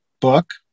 book